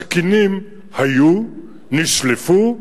סכינים היו, נשלפו.